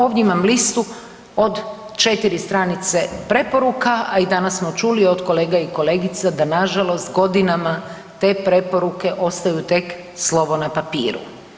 Ovdje imam listu od četiri stranice preporuka, a i danas smo čili od kolega i kolegica da nažalost godinama te preporuke ostaju tek slovo na papiru.